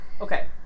okay